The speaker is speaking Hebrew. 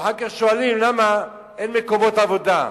ואחר כך שואלים למה אין מקומות עבודה.